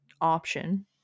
option